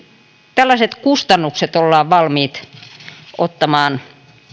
tällaiset kustannukset ollaan valmiita ottamaan